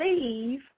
leave